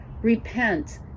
Repent